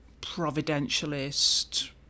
providentialist